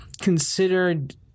considered